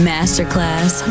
Masterclass